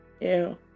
Ew